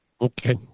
Okay